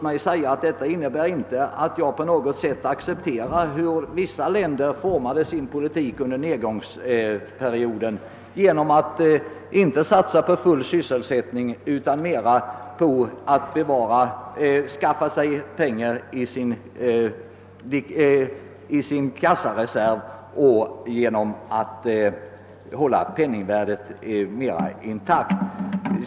Mitt uttalande innebar inte att jag accepterar hur vissa länder formade sin politik under nedgångsperioden, då de inte satsade på full sysselsättning utan var mer angelägna om att skaffa pengar i sin kassareserv och hålla penningsvärdet intakt.